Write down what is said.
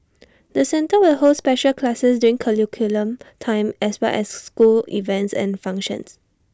the centre will hold special classes during curriculum time as well as school events and functions